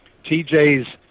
tj's